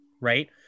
right